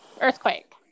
earthquake